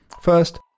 First